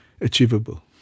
achievable